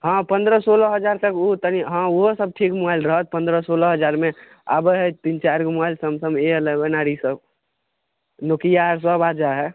हँ पन्द्रह सोलह हजार तक ओहो तनी हँ ओहो सब ठीक मोबाइल रहत पन्द्रह सोलह हजारमे आबे हइ तीन चारिगो मोबाइल सैमसम ए एलेवेन आर ई सब नोकिआ सब आ जाए हइ